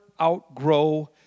outgrow